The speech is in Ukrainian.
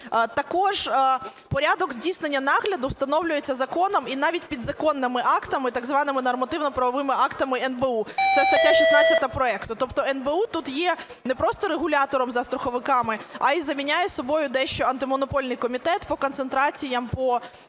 Також порядок здійснення нагляду встановлюється законом і навіть підзаконними актами, так званими нормативно-правовими актами НБУ, це стаття 16 проекту. Тобто НБУ тут є не просто регулятором за страховиками, а і заміняє за собою дещо Антимонопольний комітет по концентраціям, по